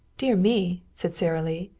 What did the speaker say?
dear me! said sara lee.